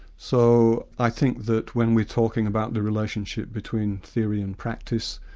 so i think that when we're talking about the relationship between theory and practice,